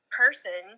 person